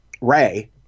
Ray